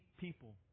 people